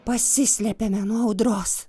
pasislėpėme nuo audros